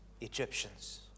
Egyptians